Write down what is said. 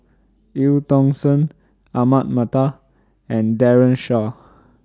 EU Tong Sen Ahmad Mattar and Daren Shiau